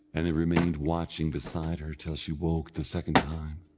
and they remained watching beside her till she awoke the second time,